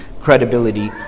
credibility